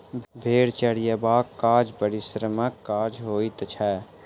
भेंड़ चरयबाक काज परिश्रमक काज होइत छै